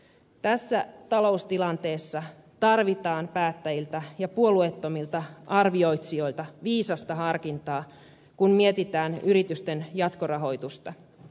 tässä taloustilanteessa tarvitaan päättäjiltä ja puolueettomilta arvioitsijoilta viisasta harkintaa kun mietitään yritysten jatkorahoitusta